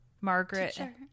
Margaret